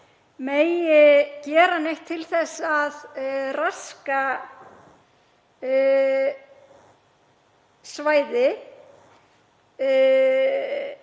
megi gera neitt til að raska svæði